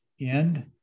end